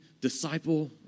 disciple